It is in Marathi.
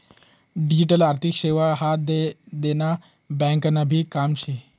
डिजीटल आर्थिक सेवा ह्या देना ब्यांकनभी काम शे